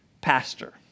pastor